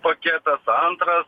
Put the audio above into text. paketas antras